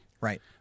Right